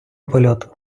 польоту